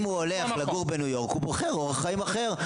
אם הוא הולך לגור בניו יורק הוא בוחר אורח חיים אחר,